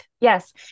Yes